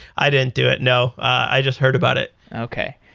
i didn't do it, no. i just heard about it. okay.